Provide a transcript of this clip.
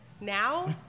Now